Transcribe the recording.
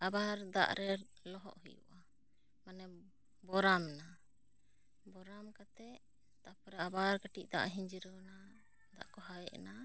ᱟᱵᱟᱨ ᱫᱟᱜ ᱨᱮ ᱞᱚᱦᱚᱫ ᱦᱩᱭᱩᱜᱼᱟ ᱢᱟᱱᱮ ᱵᱚᱨᱟᱢ ᱮᱱᱟ ᱵᱚᱨᱟᱢ ᱠᱟᱛᱮ ᱛᱟᱨᱯᱚᱨᱮ ᱟᱵᱟᱨ ᱠᱟᱹᱴᱤᱡ ᱫᱟᱜ ᱦᱤᱡᱨᱟᱹᱱᱟ ᱫᱟᱜᱠᱚ ᱦᱟᱣᱮᱱᱟ